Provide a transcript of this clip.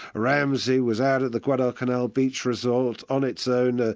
ramsi was out at the guadalcanal beach resort on its own, ah